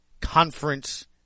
Conference